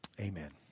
Amen